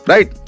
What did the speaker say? Right